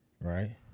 right